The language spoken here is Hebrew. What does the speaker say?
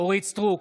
אורית מלכה סטרוק,